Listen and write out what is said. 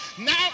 Now